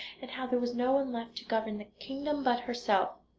and how there was no one left to govern the kingdom but herself.